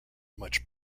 much